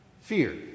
fear